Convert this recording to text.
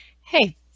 hey